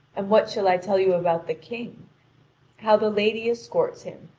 and what shall i tell you about the king how the lady escorts him,